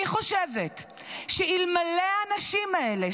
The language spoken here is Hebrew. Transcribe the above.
אני חושבת שאלמלא האנשים האלה,